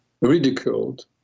ridiculed